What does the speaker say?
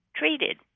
treated